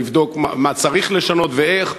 לבדוק מה צריך לשנות ואיך.